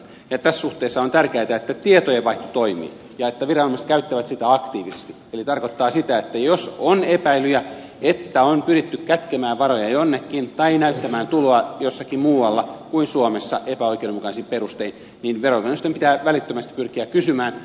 tässä suhteessa on tärkeätä että tietojenvaihto toimii ja että viranomaiset käyttävät sitä aktiivisesti eli tämä tarkoittaa sitä että jos on epäilyjä että on pyritty kätkemään varoja jonnekin tai näyttämään tuloa jossakin muualla kuin suomessa epäoikeudenmukaisin perustein niin veroviranomaisten pitää välittömästi pyrkiä siitä kysymään